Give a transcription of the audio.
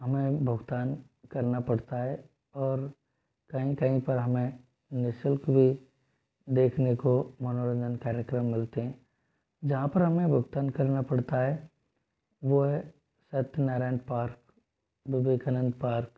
हमें भुगतान करना पड़ता है और कहीं कहीं पर हमें निःशुल्क भी देखने को मनोरंजन कार्यक्रम मिलते हैं जहाँ पर हमें भुगतान करना पड़ता है वो है सत्यनारायण पार्क विवेकानंद पार्क